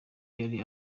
yari